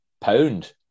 pound